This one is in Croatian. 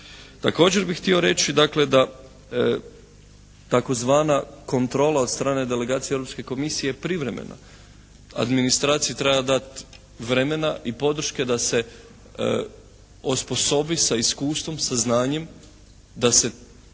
Također bih htio reći dakle da tzv. kontrola od strane delegacije Europske komisije je privremena. Administraciji treba dati vremena i podrške da se osposobi sa iskustvom sa znanjem da se